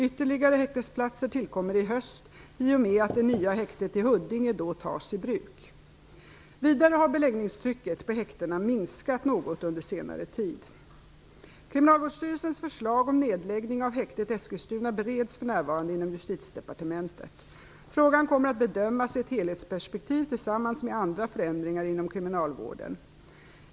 Ytterligare häktesplatser tillkommer i höst i och med att det nya häktet i Huddinge då tas i bruk. Vidare har beläggningstrycket på häktena minskat något under senare tid. Kriminalvårdsstyrelsens förslag om nedläggning av häktet Eskilstuna bereds f.n. inom Justitiedepartementet. Frågan kommer att bedömas i ett helhetsperspektiv tillsammans med andra förändringar inom kriminalvården.